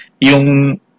yung